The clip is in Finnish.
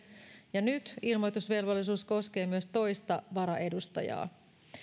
ja nyt ilmoitusvelvollisuus koskee myös toista varaedustajaa